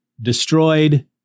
destroyed